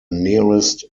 nearest